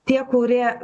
tie kurie